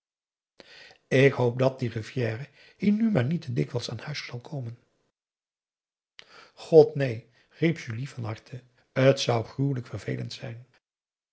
ik hoop dat die rivière hier nu maar niet te dikwijls aan huis zal komen god neen riep julie van harte t zou gruwelijk vervelend zijn